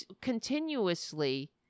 continuously